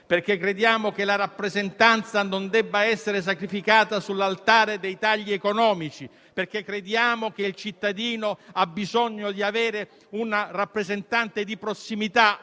perché crediamo che la rappresentanza non debba essere sacrificata sull'altare dei tagli economici, perché crediamo che il cittadino ha bisogno di avere un rappresentante di prossimità